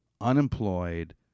unemployed